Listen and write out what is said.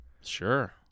Sure